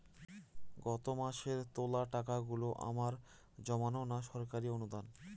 গত মাসের তোলা টাকাগুলো আমার জমানো না সরকারি অনুদান?